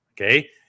Okay